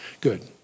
Good